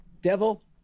devil